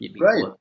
Right